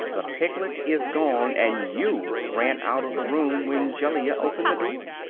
the piglet is gone, and you ran out of the room when jellia opened the door.